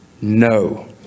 no